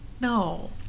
No